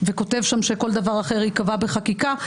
וכותב שם שכל דבר אחר ייקבע בחקיקה,